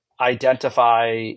identify